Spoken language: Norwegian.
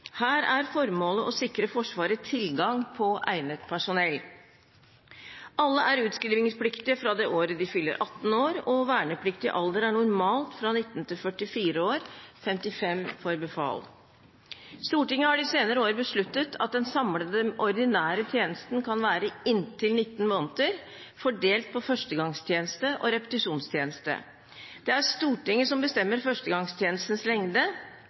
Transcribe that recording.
Her er formålet å sikre Forsvaret tilgang på egnet personell. Alle er utskrivningspliktige fra det året de fyller 18 år, og vernepliktig alder er normalt fra 19 til 44 år, 55 for befal. Stortinget har de senere år besluttet at den samlede, ordinære tjenesten kan være inntil 19 måneder, fordelt på førstegangstjeneste og repetisjonstjeneste. Det er Stortinget som bestemmer førstegangstjenestens lengde.